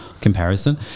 comparison